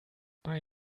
bei